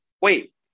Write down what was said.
wait